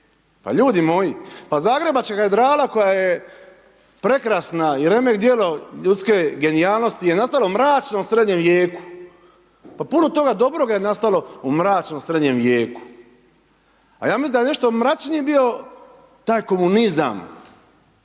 pa ljudi moji pa zagrebačka katedrala koja je prekrasna i remek djelo ljudske genijalnosti je nastala u mračnom srednjem vijeku, pa puno toga dobroga je nastalo u mračnom srednjem vijeku. A ja mislim da je nešto mračnije bio taj komunizam